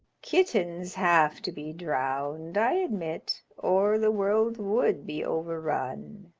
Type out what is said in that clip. kittens have to be drowned, i admit, or the world would be overrun.